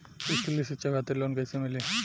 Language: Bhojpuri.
स्कूली शिक्षा खातिर लोन कैसे मिली?